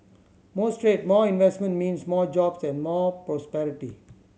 more trade more investment means more jobs and more prosperity